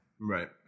right